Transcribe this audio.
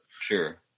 sure